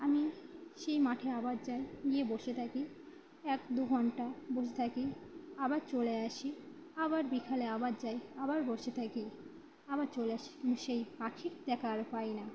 আমি সেই মাঠে আবার যাই গিয়ে বসে থাকি এক দু ঘণ্টা বসে থাকি আবার চলে আসি আবার বিকালে আবার যাই আবার বসে থাকি আবার চলে আসি কিন্তু সেই পাখির দেখার পাই না